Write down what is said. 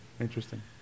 Interesting